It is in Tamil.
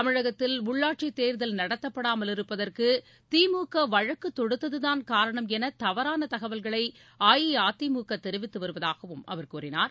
தமிழகத்தில் உள்ளாட்சி தேர்தல் நடத்தப்படாமல் இருப்பதற்கு திமுக வழக்கு தொடுத்ததுதான் காரணம் என தவறான தகவல்களை அஇஅதிமுக தெரிவித்து வருவதாகவும் அவர் கூறினார்